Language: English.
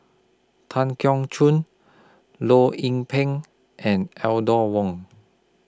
Tan Keong Choon Loh Lik Peng and Wong